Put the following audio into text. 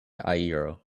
iero